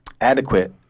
adequate